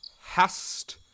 hast